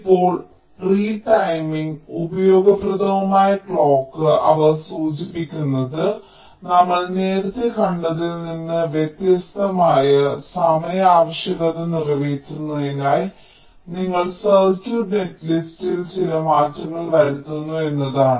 ഇപ്പോൾ റിടൈമിങ് ഉപയോഗപ്രദവുമായ ക്ലോക്ക് അവർ സൂചിപ്പിക്കുന്നത് നമ്മൾ നേരത്തെ കണ്ടതിൽ നിന്ന് വ്യത്യസ്തമായ സമയ ആവശ്യകത നിറവേറ്റുന്നതിനായി നിങ്ങൾ സർക്യൂട്ട് നെറ്റ്ലിസ്റ്റിൽ ചില മാറ്റങ്ങൾ വരുത്തുന്നു എന്നതാണ്